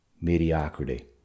mediocrity